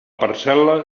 parcel·la